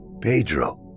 Pedro